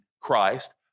Christ